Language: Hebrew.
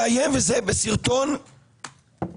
איים, וזה צולם בסרטון שנשלח,